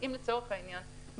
אם מספר המוזמנים,